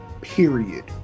period